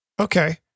Okay